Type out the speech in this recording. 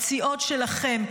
הפציעות שלכם,